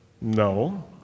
No